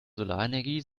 solarenergie